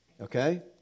Okay